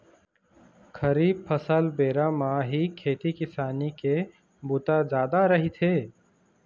खरीफ फसल बेरा म ही खेती किसानी के बूता जादा रहिथे